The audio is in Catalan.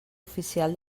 oficial